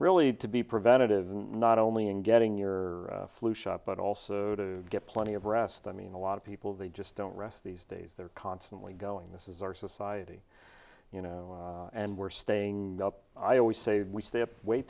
really to be preventive not only in getting your flu shot but also to get plenty of rest i mean a lot of people they just don't rest these days they're constantly going this is our society you know and we're staying up i always say we stay up way